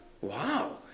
Wow